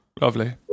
Lovely